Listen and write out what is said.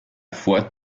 fois